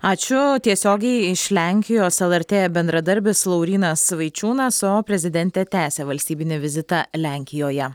ačiū tiesiogiai iš lenkijos lrt bendradarbis laurynas vaičiūnas o prezidentė tęsia valstybinį vizitą lenkijoje